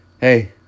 hey